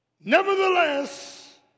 Nevertheless